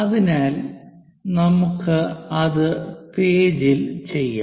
അതിനാൽ നമുക്ക് അത് പേജിൽ ചെയ്യാം